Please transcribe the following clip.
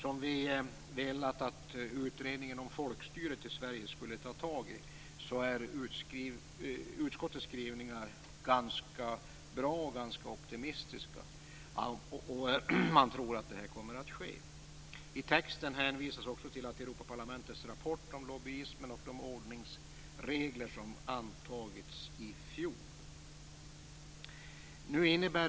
Vi har velat att utredningen om folkstyret i Sverige skulle ta tag i frågan om lobbyismen. Utskottets skrivningar på den punkten är ganska bra, ganska optimistiska, och man tror att det här kommer att ske. I texten hänvisas det till Europaparlamentets rapport om lobbyismen och de ordningsregler som antagits i fjol.